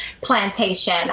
plantation